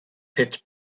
pit